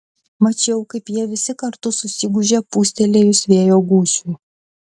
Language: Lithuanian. mačiau kaip jie visi kartu susigūžė pūstelėjus vėjo gūsiui